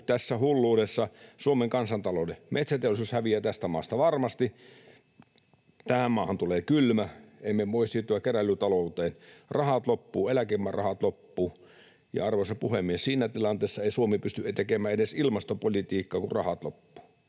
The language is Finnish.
tässä hulluudessa Suomen kansantalouden? Metsäteollisuus häviää tästä maasta varmasti, tähän maahan tulee kylmä — emme voi siirtyä keräilytalouteen — rahat loppuvat, eläkerahat loppuvat, ja, arvoisa puhemies, siinä tilanteessa ei Suomi pysty tekemään edes ilmastopolitiikkaa, kun rahat loppuvat.